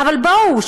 אבל בואו,